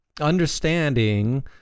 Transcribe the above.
Understanding